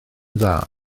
dda